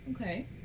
Okay